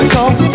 Talk